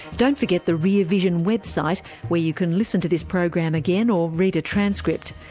don't forget the rear vision website where you can listen to this program again, or read a transcript.